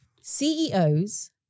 CEOs